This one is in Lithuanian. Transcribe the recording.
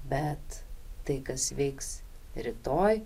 bet tai kas veiks rytoj